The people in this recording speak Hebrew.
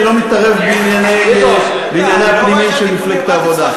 אני לא מתערב בענייניה הפנימיים של מפלגת העבודה.